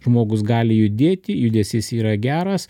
žmogus gali judėti judesys yra geras